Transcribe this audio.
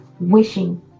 wishing